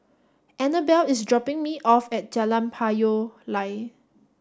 Annabelle is dropping me off at Jalan Payoh Lai